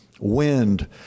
wind